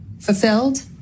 Fulfilled